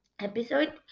episode